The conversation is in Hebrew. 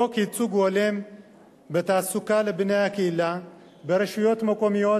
חוק ייצוג הולם בתעסוקה לבני הקהילה ברשויות מקומיות,